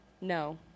No